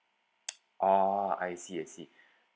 oh I see I see